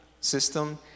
system